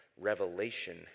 revelation